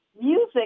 music